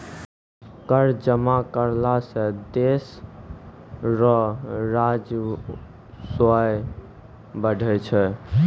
कर जमा करला सं देस रो राजस्व बढ़ै छै